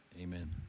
amen